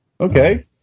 okay